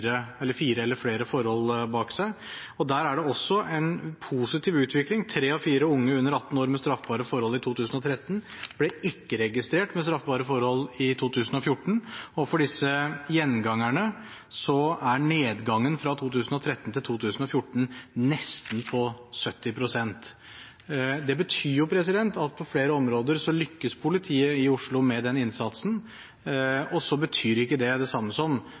unge under 18 år med straffbare forhold i 2013 ble ikke registrert med straffbare forhold i 2014, og for disse gjengangerne er nedgangen fra 2013 til 2014 på nesten 70 pst. Det betyr at på flere områder lykkes politiet i Oslo med den innsatsen. Men det er ikke det samme som